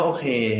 Okay